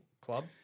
club